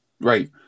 right